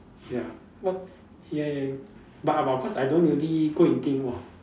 ya what ya ya but about cause I don't really go and think of